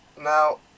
Now